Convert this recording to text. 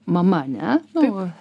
mama ane nu